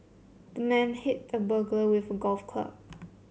the man hit the burglar with a golf club